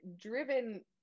driven